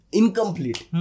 incomplete